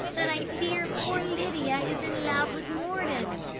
that i fear poor lydia is in love with mordon.